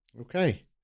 Okay